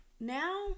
Now